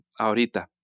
ahorita